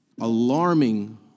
alarming